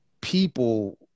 people